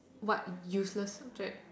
what useless subject